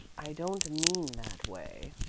i don't mean that way,